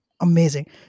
Amazing